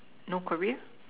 no career